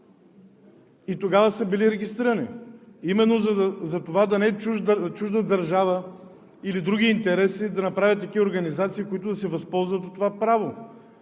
Тогава са били регистрирани именно за да не е чужда държава или с други интереси да правят такива организации, които да се възползват от това право.